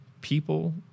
people